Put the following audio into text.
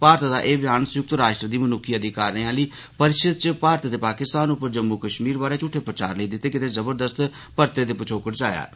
भारत दा एह् व्यान संयुक्त राष्ट्र दी मनुक्खी अधिकारें आहली परिषद च मारत दे पाकिस्तान उप्पर जम्मू कश्मीर बारै झूठे प्रचार लेई दित्ते गेदे जबरदस्त परते दे पछोकड़ च आया ऐ